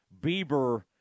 Bieber